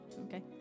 okay